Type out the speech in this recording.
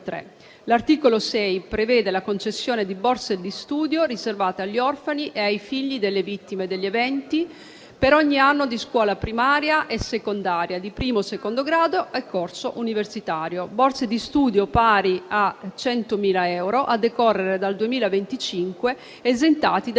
L'articolo 6 prevede la concessione di borse di studio riservate agli orfani e ai figli delle vittime degli eventi, per ogni anno di scuola primaria e secondaria di primo o secondo grado o corso universitario; si tratta di borse di studio pari a 100.000 euro, a decorrere dal 2025, esentate da